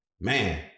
man